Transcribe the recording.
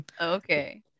okay